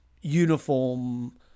uniform